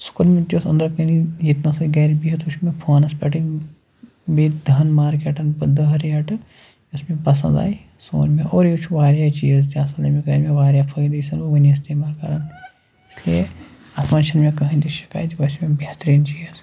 سُہ کوٚر مےٚ تیُتھ أنٛدرٕکَنی ییٚتہِ نَسٕے گَرِ بِہِتھ وٕچھ مےٚ فونَس پٮ۪ٹھٕے بیٚیہِ دَہَن مارکیٹَن پَتہٕ دَہ ریٹہٕ یۄس مےٚ پَسنٛد آے سُہ ووٚن اور یہِ چھُ واریاہ چیٖز تہِ اَصٕل ییٚمیُک آے مےٚ واریاہ فٲیِدٕ یہِ چھُس بہٕ وٕنہِ استعمال کَران اِسلیے اَتھ منٛز چھَنہٕ مےٚ کٕہٕنۍ تہِ شکایت یہِ باسیو مےٚ بہتریٖن چیٖز